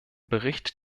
bericht